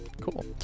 Cool